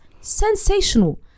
sensational